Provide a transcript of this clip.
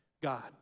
God